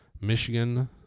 Michigan